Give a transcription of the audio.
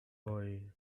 boy